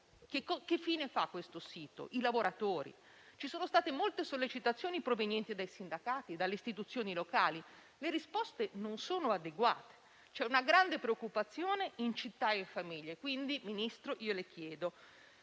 che fine faranno questo sito e i suoi lavoratori. Ci sono state molte sollecitazioni provenienti dai sindacati e dalle istituzioni locali, ma le risposte non sono adeguate. C'è grande preoccupazione in città e tra le famiglie. Signor Ministro, le chiedo